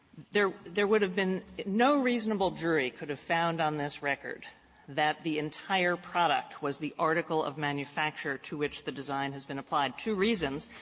there there would have been no reasonable jury could have found on this record that the entire product was the article of manufacture to which the design has been applied. two reasons.